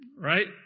right